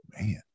Man